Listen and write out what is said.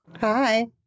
Hi